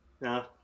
No